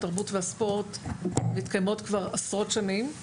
התרבות והספורט מתקיימות כבר עשרות שנים,